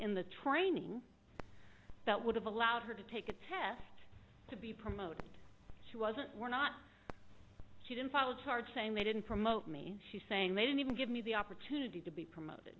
in the training that would have allowed her to take a test to be promoted she wasn't we're not she didn't follow charge saying they didn't promote me she saying they didn't even give me the opportunity to be promoted